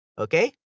okay